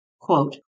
Quote